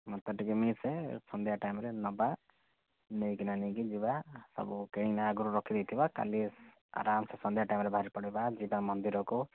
ମୋତେ ଟିକିଏ ମିଶେ ସନ୍ଧ୍ୟା ଟାଇମ୍ରେ ନେବା ନେଇକିନା ନେଇକି ଯିବା ସବୁ କିଣିକିନା ଆଗରୁ ରଖିଦେଇଥିବା କାଲି ଆରାମସେ ସନ୍ଧ୍ୟା ଟାଇମ୍ରେ ବାହାରି ପଡ଼ିବା ଯିବା ମନ୍ଦିରକୁ